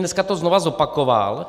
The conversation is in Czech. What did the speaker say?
A dneska to znova zopakoval.